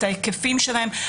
את ההיקפים שלהם,